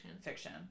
Fiction